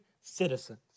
citizens